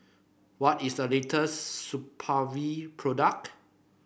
what is the latest Supravit product